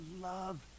love